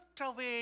away